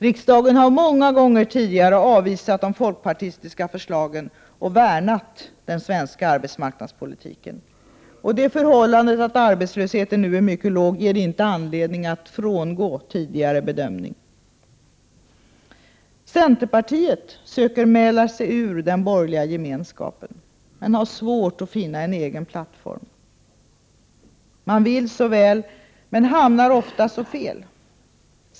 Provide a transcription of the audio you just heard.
Riksdagen har många gånger tidigare avvisat de folkpartistiska förslagen och värnat den svenska arbetsmarknadspolitiken. Det förhållandet att arbetslösheten nu är mycket låg ger inte anledning att frångå tidigare bedömning. Centerpartiet söker mäla sig ur den borgerliga gemenskapen, men partiet har svårt att finna en egen plattform. Man vill så väl, men hamnar oftast fel.